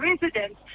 residents